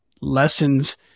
lessons